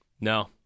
No